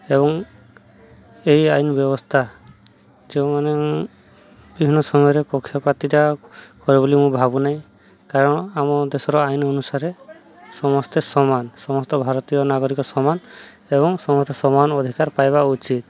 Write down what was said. ଏବଂ ଏଇ ଆଇନ ବ୍ୟବସ୍ଥା ଯେଉଁମାନେ ବିଭିନ୍ନ ସମୟରେ ପକ୍ଷପାତ କରିବ ବୋଲି ମୁଁ ଭାବୁ ନାହିଁ କାରଣ ଆମ ଦେଶର ଆଇନ ଅନୁସାରେ ସମସ୍ତେ ସମାନ ସମସ୍ତ ଭାରତୀୟ ନାଗରିକ ସମାନ ଏବଂ ସମସ୍ତେ ସମାନ ଅଧିକାର ପାଇବା ଉଚିତ